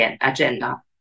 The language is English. agenda